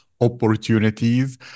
opportunities